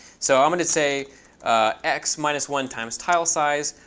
so i'm going to say x minus one times tile size,